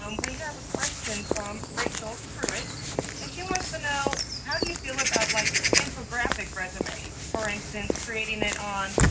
um we have a question from rachel pruitt and she wants to know how do you feel about like infographic resumes? for instance creating it on